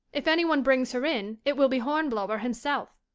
if anyone brings her in it will be hornblower himself.